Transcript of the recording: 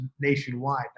nationwide